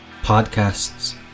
podcasts